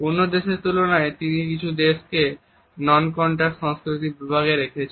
অন্য দেশের তুলনায় তিনি কিছু দেশকে নন কন্টাক্ট সংস্কৃতির বিভাগে রেখেছেন